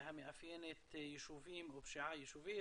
המאפיינת יישובים ופשיעה יישובית,